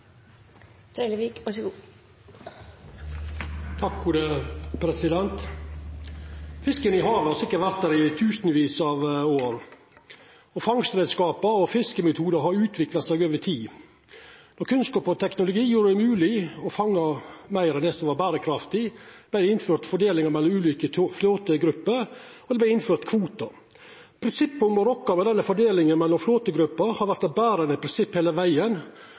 fiskemetodar har utvikla seg over tid. Kunnskap og teknologi gjer det mogleg å fanga meir av det som er berekraftig. Det vart innført fordeling mellom ulike flåtegrupper, og det vart innført kvotar. Prinsippet om å rokka ved denne fordelinga mellom flåtegrupper har vore eit berande prinsipp heile vegen